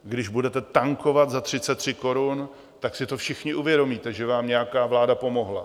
Když budete tankovat za 33 korun, tak si to všichni uvědomíte, že vám nějaká vláda pomohla.